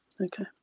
Okay